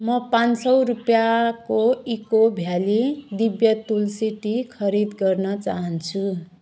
म पाँच सय रुपियाँको Eco Valley Divya Tulsi tea खरिद गर्न चाहन्छु